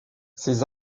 ces